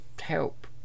help